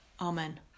Amen